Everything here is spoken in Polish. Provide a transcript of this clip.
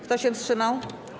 Kto się wstrzymał?